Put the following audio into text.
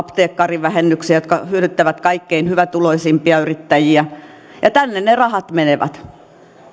sanottuja apteekkarivähennyksiä jotka hyödyttävät kaikkein hyvätuloisimpia yrittäjiä ja tänne rahat menevät